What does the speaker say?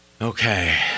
Okay